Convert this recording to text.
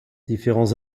différents